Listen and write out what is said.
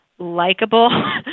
likable